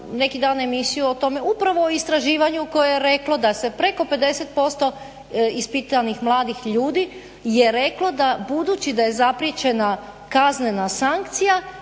neki dan emisiju o tome upravo o istraživanju koje je reklo da se preko 50% ispitanih mladih ljudi je reklo da budući da je zapriječena kaznena sankcija